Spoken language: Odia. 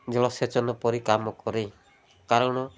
ଜଳସେଚନ ପରି କାମ କରେ କାରଣ